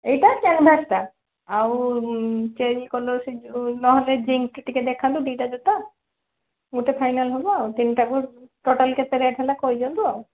ଏଇଟା କାନଭାସ୍ଟା ଆଉ ଚେରି କଲର୍ ସେହି ଯେଉଁ ନହେଲେ ଜିଙ୍କ୍ ଟିକେ ଦେଖାନ୍ତୁ ଦୁଇଟା ଜୋତା ଗୋଟେ ଫାଇନାଲ୍ ହେବ ଆଉ ତିନଟାକୁ ଟୋଟାଲ୍ କେତେ ରେଟ୍ ହେଲା କହି ଦିଅନ୍ତୁ ଆଉ